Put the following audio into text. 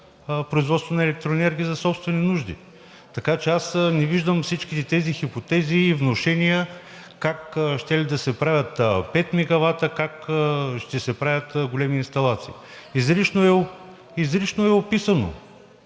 производство на електроенергия за собствени нужди. Така че аз не виждам всичките тези хипотези и внушения как щели да се правят пет мегавата, как ще се правят големи инсталации. Изрично е описано